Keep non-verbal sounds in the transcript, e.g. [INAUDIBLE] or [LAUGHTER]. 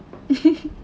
[LAUGHS]